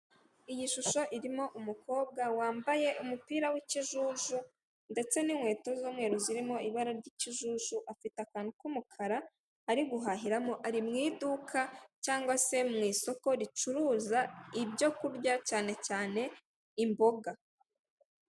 Iyi shusho irimo umukobwa wambaye umupira w'ikijuju ndetse n'inkweto z'umweru zirimo ibara ry'ikijuju, afite akantu k'umukara ari guhahiramo, ari mu iduka cyangwa se mu isoko ricuruza ibyokurya, cyane cyane imboga.